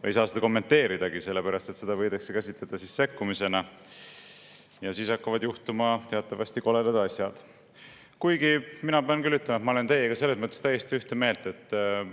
ega saa seda kommenteeridagi. Seda võidakse käsitada sekkumisena ja siis hakkavad teatavasti juhtuma koledad asjad. Kuigi mina pean küll ütlema, et ma olen teiega selles mõttes täiesti ühte meelt, et